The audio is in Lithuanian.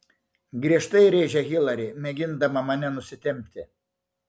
griežtai rėžia hilari mėgindama mane nusitempti